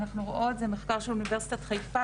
אנחנו רואות זה מחקר של אוניברסיטת חיפה